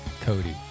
Cody